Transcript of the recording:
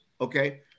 Okay